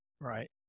Right